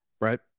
Right